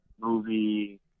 movie